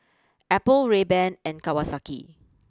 Apple Rayban and Kawasaki